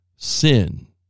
sin